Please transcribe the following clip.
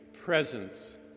presence